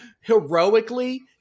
heroically